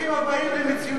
ברוכים הבאים למציאות אחרת.